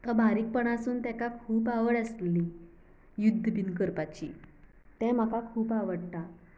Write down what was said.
बारीकपणा सून तेका खूब आवड आसली युद्ध बीन करपाची तें म्हाका खूब आवडटा